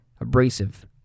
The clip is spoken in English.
abrasive